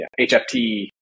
HFT